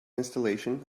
installation